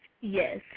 Yes